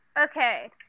Okay